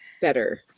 better